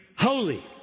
holy